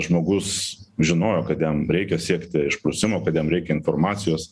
žmogus žinojo kad jam reikia siekti išprusimo kad jam reikia informacijos